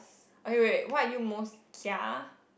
okay wait what are you most ya